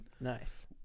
Nice